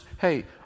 hey